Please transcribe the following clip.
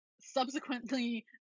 subsequently